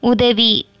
உதவி